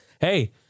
Hey